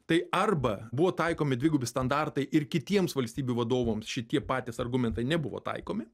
tai arba buvo taikomi dvigubi standartai ir kitiems valstybių vadovams šitie patys argumentai nebuvo taikomi